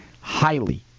highly